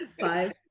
five